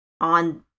on